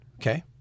Okay